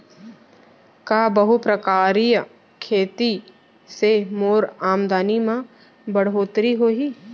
का बहुप्रकारिय खेती से मोर आमदनी म बढ़होत्तरी होही?